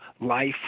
life